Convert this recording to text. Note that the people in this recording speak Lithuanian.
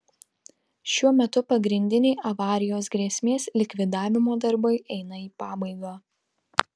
šiuo metu pagrindiniai avarijos grėsmės likvidavimo darbai eina į pabaigą